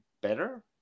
better